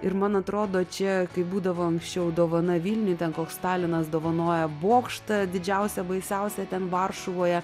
ir man atrodo čia kaip būdavo anksčiau dovana vilniui ten koks stalinas dovanojo bokštą didžiausią baisiausią ten varšuvoje